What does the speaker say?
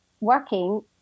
working